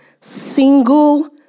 single